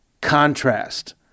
contrast